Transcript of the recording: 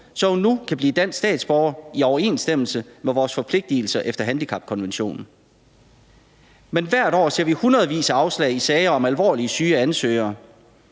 så hun nu kan blive dansk statsborger i overensstemmelse med vores forpligtelser efter handicapkonventionen. Men hvert år ser vi hundredvis af afslag i sager om alvorligt syge ansøgere